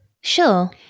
Sure